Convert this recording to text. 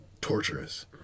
torturous